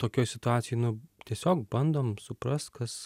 tokioj situacijoj nu tiesiog bandom suprast kas